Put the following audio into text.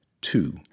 two